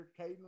Caden